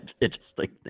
interesting